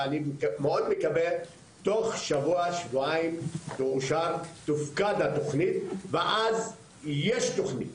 ואני מאוד מקווה שתוך שבוע-שבועיים תופקד התוכנית ואז יש תוכנית.